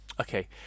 Okay